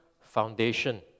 foundation